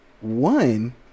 one